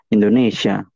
Indonesia